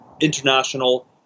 international